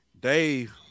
Dave